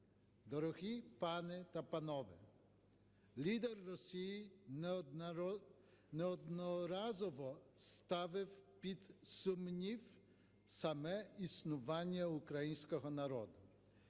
Дорогі пані та панове, лідер Росії неодноразово ставив під сумнів саме існування українського народу.